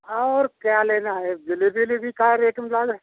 और क्या लेना है जलेबी ओलेबी क्या रेट में लागै